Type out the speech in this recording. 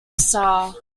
sar